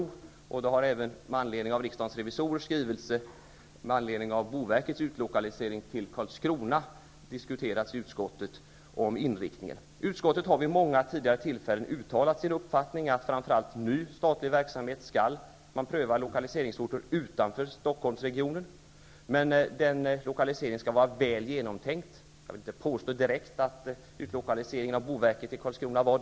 I utskottet har man tack vare riksdagens revisorers skrivelse i anledning av boverkets utlokalisering till Karlskrona diskuterat inriktningen. Vid många tidigare tillfällen har utskottet uttalat sin uppfattning att man framför allt när det gäller ny statlig verksamhet skall pröva utlokaliseringsorter utanför Stocksholmregionen. Lokaliseringen skall dock vara väl genomtänkt, vilket jag inte direkt vill påstå att utlokaliseringen av boverket till Karlskrona var.